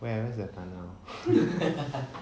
where where's the tunnel